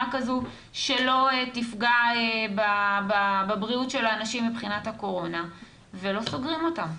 כזו שלא תפגע בבריאות של האנשים מבחינת הקורונה ולא סוגרים אותם.